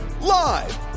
Live